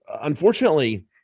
unfortunately